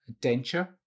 denture